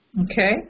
Okay